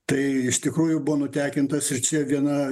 tai iš tikrųjų buvo nutekintas ir čia viena